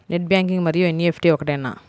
Net banking మరియు NEFT ఒకటేనా?